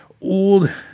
old